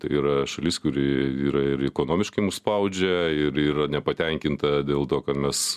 tai yra šalis kuri yra ir ekonomiškai mus spaudžia ir yra nepatenkinta dėl to kad mes